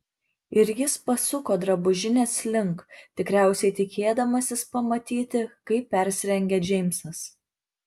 ir jis pasuko drabužinės link tikriausiai tikėdamasis pamatyti kaip persirengia džeimsas